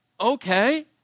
okay